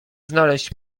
znaleźć